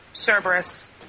Cerberus